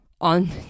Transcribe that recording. on